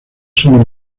son